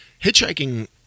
hitchhiking